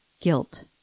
guilt